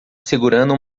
segurando